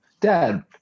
Dad